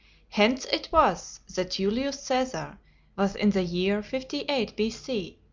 hence it was that julius caesar was in the year fifty eight b c.